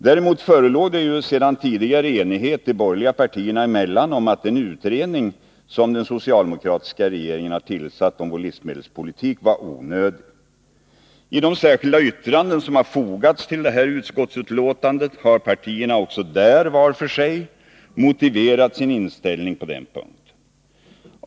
Däremot förelåg det sedan tidigare enighet de borgerliga partierna emellan om att den utredning om vår livsmedelspolitik som den socialdemokratiska regeringen har tillsatt var onödig. Också i de särskilda yttranden som har fogats till detta utskottsbetänkande har partierna var för sig motiverat sin inställning på den punkten.